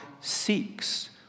seeks